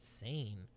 insane